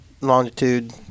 longitude